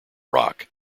rock